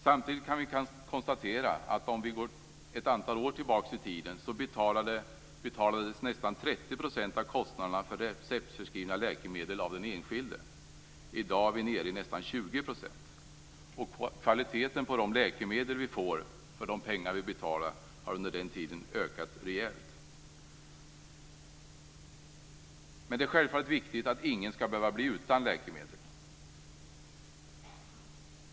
Samtidigt kan vi konstatera att för ett antal år sedan betalades nästan 30 % av kostnaderna för receptförskrivna läkemedel av den enskilde. I dag är vi nere i nästan 20 %. Kvaliteten på de läkemedel vi får för de pengar vi betalar har under den tiden ökat rejält. Självfallet är det viktigt att ingen skall behöva bli utan läkemedel.